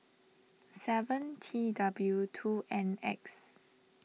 seven T W two N X